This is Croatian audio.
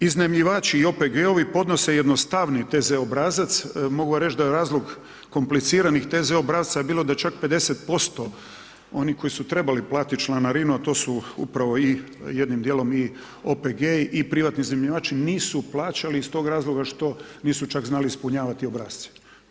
Iznajmljivači i OPG-ovi podnose jednostavniji TZ obrazac, mogu vam reći da je razlog komplicirani TZ obrasca je bilo da čak 50% onih koji su trebali platiti članarinu, a to su upravo i jednim dijelom i OPG-i i privatni iznajmljivači, nisu plaćali iz tog razloga što nisu tak znali ispunjavati obrasce.